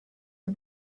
you